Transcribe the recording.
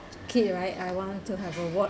okay right I want to have a watch